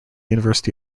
university